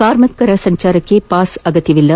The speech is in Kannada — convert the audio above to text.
ಕಾರ್ಮಿಕರ ಸಂಚಾರಕ್ಕೆ ಪಾಸ್ ಅಗತ್ಯವಿಲ್ಲ